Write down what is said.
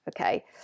Okay